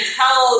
tell